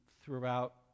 throughout